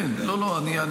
כן, אני בעד.